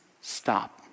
stop